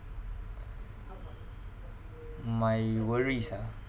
my worries ah